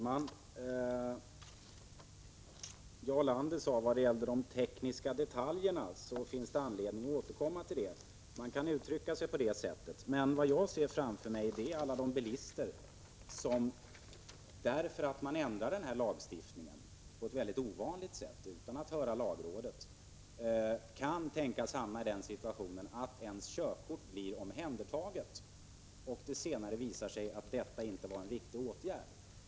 Herr talman! Jarl Lander sade att det finns anledning att återkomma till de tekniska detaljerna. Man kan uttrycka sig på det sättet, men vad jag ser framför mig är de bilister som, därför att man ändrar lagstiftningen på ett ovanligt sätt och utan att höra lagrådet, kan tänkas hamna i den situationen att deras körkort blir omhändertaget och att det senare visar sig att detta inte var en riktig åtgärd.